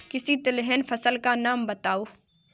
किसी तिलहन फसल का नाम बताओ